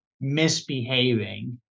misbehaving